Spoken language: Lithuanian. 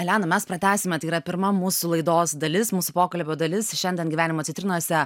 elena mes pratęsime tai yra pirma mūsų laidos dalis mūsų pokalbio dalis šiandien gyvenimo citrinose